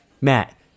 Matt